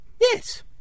Yes